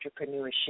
entrepreneurship